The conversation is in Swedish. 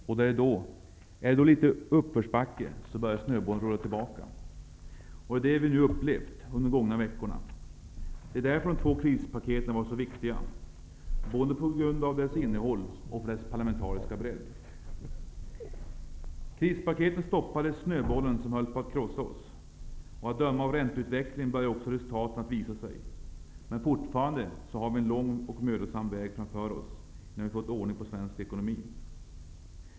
Är det då litet uppförsbacke börjar snöbollen rulla tillbaka. Det är det vi nu upplevt under de gångna veckorna. Det var därför de två krispaketen var så viktiga, både med tanke på deras innehåll och för deras parlamentariska bredd. Krispaketen stoppade snöbollen som höll på att krossa oss. Att döma av ränteutvecklingen börjar också resultaten att visa sig. Men fortfarande har vi en lång och mödosam väg framför oss, innan vi har fått ordning på svensk ekonomi.